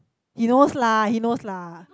he knows lah he knows lah